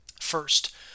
First